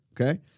Okay